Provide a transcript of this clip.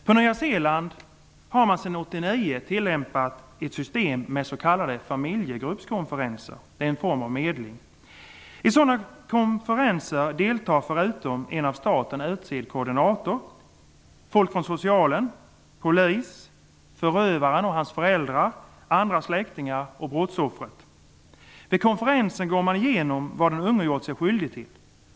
På Nya Zeeland har man sedan 1989 tillämpat ett system med s.k. familjegruppskonferenser. Det är en form av medling. I sådana konferenser deltar, förutom en av staten utsedd koordinator, folk från socialtjänsten, polis, förövaren och hans föräldrar, andra släktingar och brottsoffret. Vid konferensen går man igenom vad den unge gjort sig skyldig till.